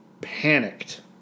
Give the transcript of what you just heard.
panicked